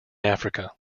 africa